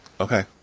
Okay